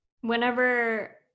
whenever